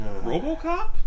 Robocop